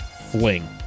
fling